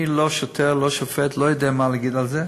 אני לא שוטר, לא שופט, לא יודע מה להגיד על זה.